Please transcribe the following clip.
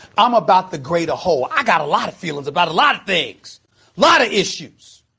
i'm about the greater whole. i got a lot of feelings about a lot of things lot of issues